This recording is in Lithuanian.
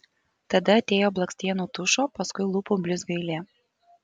tada atėjo blakstienų tušo paskui lūpų blizgio eilė